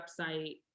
website